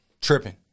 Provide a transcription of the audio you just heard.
tripping